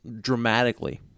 dramatically